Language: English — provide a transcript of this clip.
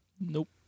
Nope